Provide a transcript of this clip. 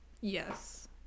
yes